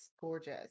gorgeous